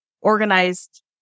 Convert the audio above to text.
organized